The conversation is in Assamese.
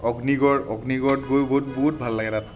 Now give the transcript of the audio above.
অগ্নিগড় অগ্নিগড়ত গৈয়ো বহুত ভাল লাগে তাত